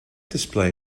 display